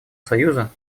союза